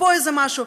פה איזה משהו.